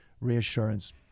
reassurance